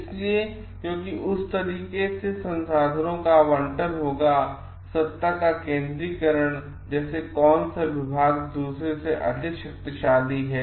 इसलिए क्योंकि उस तरीके से संसाधनों का आवंटन होगा और सत्ता का केंद्रीकरण जैसे कौन सा विभाग दूसरे से अधिक शक्तिशाली है